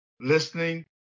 listening